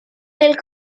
nel